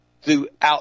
Throughout